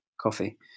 coffee